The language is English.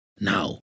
Now